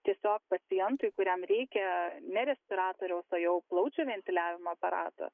tiesiog pacientui kuriam reikia ne respiratoriaus o jau plaučių ventiliavimo aparato